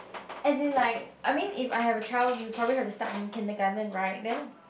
as in like I mean if I have a child you probably have to start in kindergarten right then